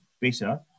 better